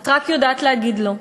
את רק יודעת להגיד "לא".